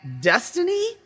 destiny